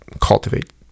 cultivate